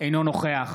אינו נוכח